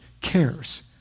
cares